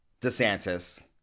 DeSantis